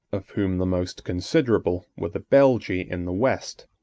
of whom the most considerable were the belgae in the west,